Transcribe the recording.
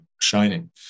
shining